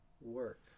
work